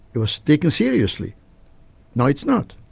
it was taken seriously now it's not.